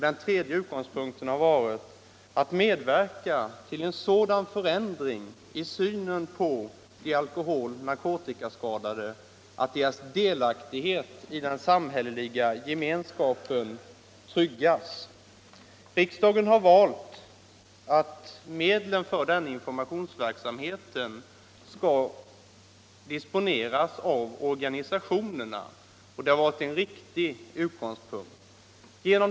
Den tredje har varit att medverka till en sådan förändring i synen på de alkoholoch narkotikaskadade att deras delaktighet i den samhälleliga gemenskapen tryggas. Riksdagen har beslutat att medlen för denna informationsverksamhet skall disponeras av organisationerna. Det är en riktig utgångspunkt.